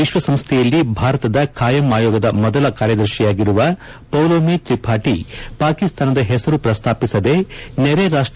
ವಿಶ್ವಸಂಸ್ಥೆಯಲ್ಲಿ ಭಾರತದ ಬಾಯಂ ಆಯೋಗದ ಮೊದಲ ಕಾರ್ಯದರ್ಶಿಯಾಗಿರುವ ಪೌಲೋಮಿ ತ್ರಿಪಾಠಿ ಪಾಕಿಸ್ತಾನದ ಹೆಸರು ಪ್ರಸ್ತಾಪಿಸದೆ ನೆರೆ ರಾಷ್ಟ